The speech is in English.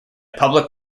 public